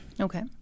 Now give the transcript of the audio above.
Okay